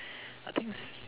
I think